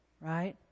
right